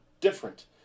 different